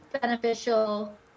beneficial